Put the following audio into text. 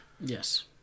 Yes